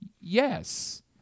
yes